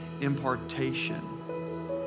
impartation